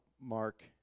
Mark